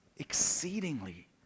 exceedingly